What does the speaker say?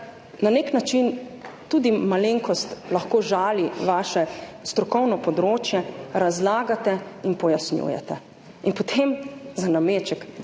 na nek način tudi malenkost lahko žali vaše strokovno področje, razlagate in pojasnjujete in potem za nameček